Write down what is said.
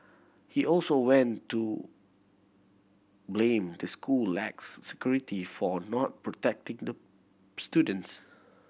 he also went to blame the school lax security for not protecting the students